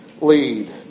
lead